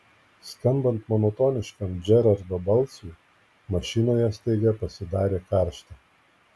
skambant monotoniškam džerardo balsui mašinoje staiga pasidarė karšta